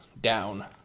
down